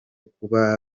kuba